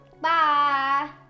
Bye